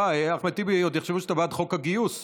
אחמד טיבי, עוד יחשבו שאתה בעד חוק הגיוס.